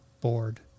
board